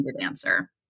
answer